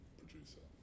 producer